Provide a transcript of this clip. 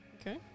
Okay